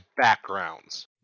backgrounds